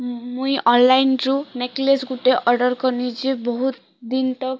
ମୁଇଁ ଅନ୍ଲାଇନ୍ରୁ ନେକଲେସ୍ ଗୋଟେ ଅର୍ଡ଼ର୍ କରିନେଇଛି ବହୁତ ଦିନ ତକ